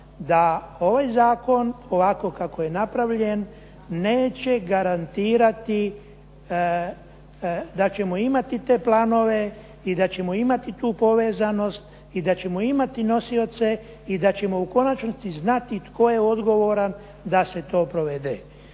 da ovaj zakon ovako kako je napravljen neće garantirati, da ćemo imati te planove i da ćemo imati tu povezanost, i da ćemo imati nosioce i da ćemo u konačnici znati tko je odgovoran da se to provede.